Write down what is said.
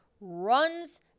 runs